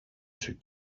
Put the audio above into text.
σου